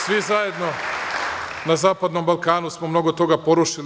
Svi zajedno na zapadnom Balkanu smo mnogo toga porušili.